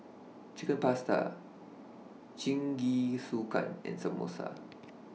Chicken Pasta Jingisukan and Samosa